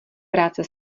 práce